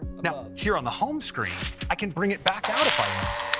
now here on the home screen i can bring it back out if i want.